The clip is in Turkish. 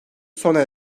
sona